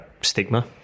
Stigma